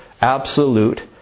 absolute